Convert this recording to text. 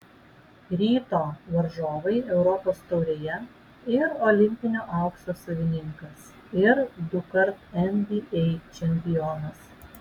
ryto varžovai europos taurėje ir olimpinio aukso savininkas ir dukart nba čempionas